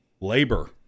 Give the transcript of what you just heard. labor